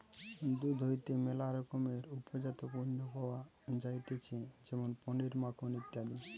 দুধ হইতে ম্যালা রকমের উপজাত পণ্য পাওয়া যাইতেছে যেমন পনির, মাখন ইত্যাদি